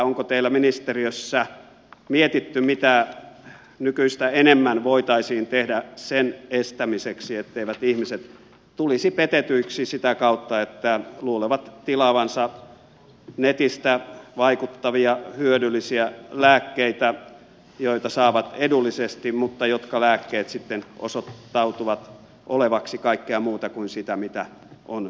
onko teillä ministeriössä mietitty mitä nykyistä enemmän voitaisiin tehdä sen estämiseksi etteivät ihmiset tulisi petetyiksi sitä kautta että luulevat tilaavansa netistä vaikuttavia hyödyllisiä lääkkeitä joita saavat edullisesti mutta jotka lääkkeet sitten osoittautuvat olevan kaikkea muuta kuin sitä mitä on tilattu